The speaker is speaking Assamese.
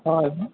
হয়